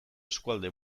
eskualde